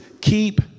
Keep